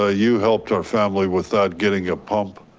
ah you helped our family with that, getting a pump.